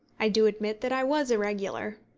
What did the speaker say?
i do admit that i was irregular.